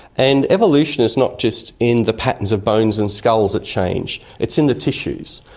and evolution is not just in the patterns of bones and skulls that change, it's in the tissues.